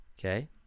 Okay